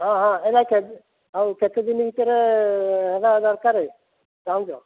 ହଁ ହଁ ଏହିଟା କେତେ ହେଉ କେତେ ଦିନ ଭିତରେ ହେବା ଦରକାର ଚାହୁଁଛ